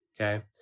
Okay